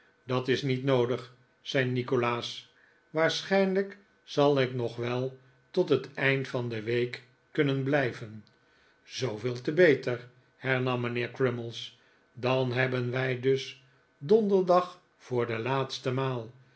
dat is niet noodig zei nikolaas waarschijnlijk zal ik nog wel tot het eind van de week kunnen blijven zooveel te beter hernam mijnheer crummies dan hebben wij dus donderdag voor de laatste maal